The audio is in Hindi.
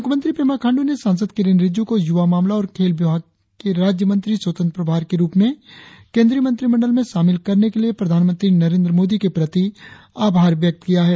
मुख्यमंत्री पेमा खांडू ने सांसद किरेन रिजिजू को युवा मामला और खेल विभाग के राज्यमंत्री स्वतंत्र प्रभार के रुप में केंद्रीय मंत्रिमंडल में शामिल करने के लिए प्रधानमंत्री नरेंद्र मोदी के प्रति आभार व्यक्त किया है